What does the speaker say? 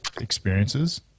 experiences